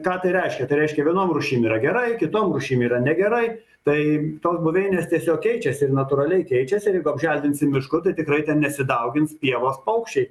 ką tai reiškia tai reiškia vienom rūšim yra gerai kitom rūšim yra negerai tai tos buveinės tiesiog keičiasi ir natūraliai keičiasi ir jeigu apželdinsim mišku tai tikrai ten nesidaugins pievos paukščiai